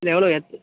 இல்லை எவ்வளோ